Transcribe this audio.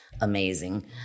amazing